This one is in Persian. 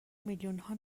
میلیونها